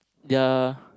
their